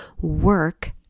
work